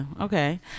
okay